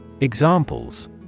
Examples